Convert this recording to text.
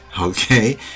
Okay